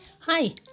Hi